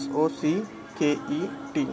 Socket